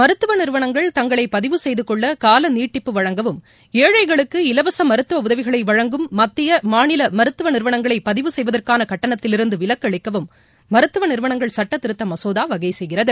மருத்துவ நிறுவனங்கள் தங்களை பதிவு செய்து கொள்ள கால நீட்டிப்பு வழங்கவும் ஏழைகளுக்கு இலவச மருத்துவ உதவிகளை வழங்கும் மத்திய மாநில மருத்துவ நிறுவனங்களை பதிவு செய்வதற்கான கட்டணத்திலிருந்து விலக்கு அளிக்கவும் மருத்துவ நிறுவனங்கள் சட்டத்திருத்த மசோதா வகை செய்கிறது